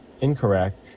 incorrect